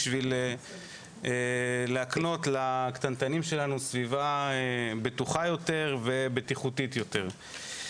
בשביל להקנות לקטנטנים שלנו סביבה בטוחה יותר ובטיחותית יותר.